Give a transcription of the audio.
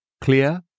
clear